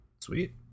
sweet